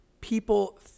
people